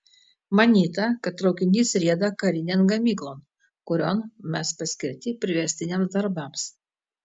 manyta kad traukinys rieda karinėn gamyklon kurion mes paskirti priverstiniams darbams